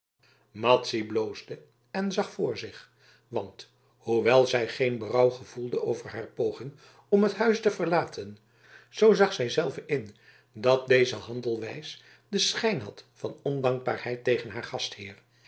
madzy bloosde en zag voor zich want hoewel zij geen berouw gevoelde over haar poging om het huis te verlaten zoo zag zij zelve in dat deze handelwijs den schijn had van ondankbaarheid tegen haar gastheer